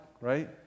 right